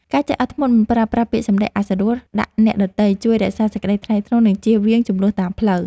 ការចេះអត់ធ្មត់មិនប្រើប្រាស់ពាក្យសម្តីអសុរោះដាក់អ្នកដទៃជួយរក្សាសេចក្ដីថ្លៃថ្នូរ និងជៀសវាងជម្លោះតាមផ្លូវ។